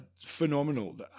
Phenomenal